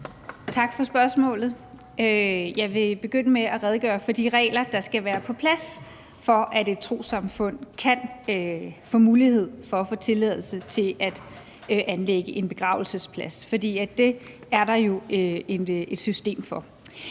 Tak for spørgsmålet. Jeg vil begynde med at redegøre for de regler, der skal være på plads, for at et trossamfund kan få mulighed for at få tilladelse til at anlægge en begravelsesplads, for det er der jo et system for.